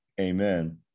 Amen